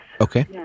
Okay